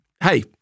Hey